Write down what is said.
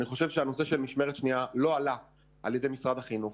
אני חושב שהנושא של משמרת שנייה לא עלה על ידי משרד החינוך.